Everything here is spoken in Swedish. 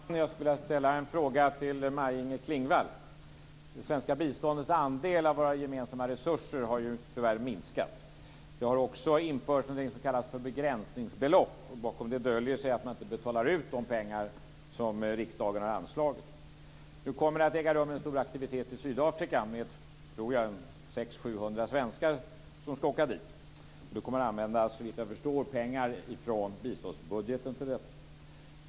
Fru talman! Jag skulle vilja ställa en fråga till Det svenska biståndets andel av våra gemensamma resurser har ju tyvärr minskat. Det har också införts någonting som kallas begränsningsbelopp. Bakom det döljer sig att man inte betalar ut de pengar som riksdagen har anslagit. Nu kommer det att äga rum en stor aktivitet i Sydafrika. Det är, tror jag, 600-700 svenskar som ska åka dit. Då kommer man, så vitt jag förstår, att använda pengar från biståndsbudgeten.